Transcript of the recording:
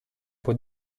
può